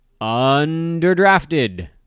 underdrafted